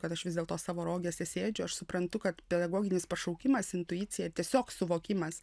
kad aš vis dėlto savo rogėse sėdžiu aš suprantu kad pedagoginis pašaukimas intuicija tiesiog suvokimas